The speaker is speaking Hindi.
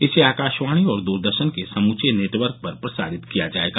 इसे आकाशवाणी और द्रदर्शन के समूचे नटवर्क पर प्रसारित किया जायेगा